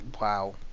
wow